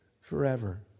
forever